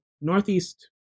Northeast